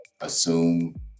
assume